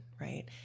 right